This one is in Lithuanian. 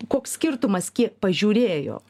koks skirtumas kiek pažiūrėjo